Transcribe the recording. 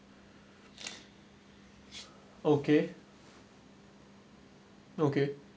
okay okay